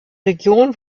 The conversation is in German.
region